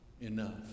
enough